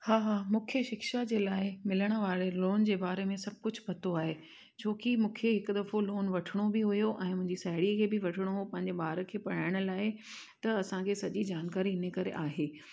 हा हा मूंखे शिक्षा जे लाइ मिलण वारे लोन जे बारे में सभु कुझु पतो आहे छो की मूंखे हिकु दफ़ो लोन वठिणो बि हुयो ऐं मुंहिंजी साहेड़ीअ खे बि वठिणो हुओ पंहिंजे ॿार खे पढ़ाइण लाइ त असांखे सॼी जानकारी इनकरे आहे